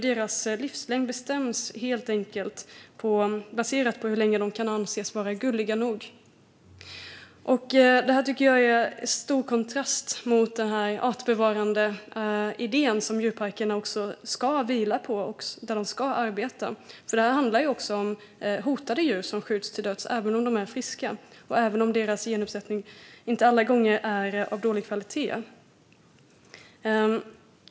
Deras livslängd baseras på hur länge de kan anses vara gulliga nog. Jag tycker att det här står i stor kontrast till artbevarandeidén, som djurparkerna ska vila på och arbeta för. Det handlar om hotade djur som skjuts till döds även om de är friska och deras genuppsättning inte alltid är av dålig kvalitet.